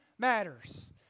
matters